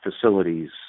facilities